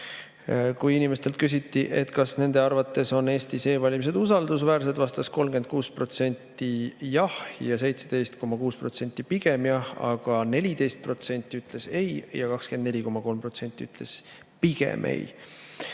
Kui inimestelt küsiti, kas nende arvates on Eestis e-valimised usaldusväärsed, vastas 36% "jah" ja 17,6% "pigem jah", aga 14% ütles "ei" ja 24,3% ütles "pigem ei".